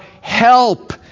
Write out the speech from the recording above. help